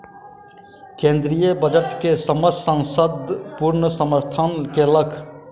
केंद्रीय बजट के समस्त संसद पूर्ण समर्थन केलक